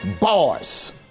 Bars